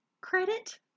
credit